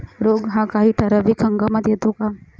रोग हा काही ठराविक हंगामात येतो का?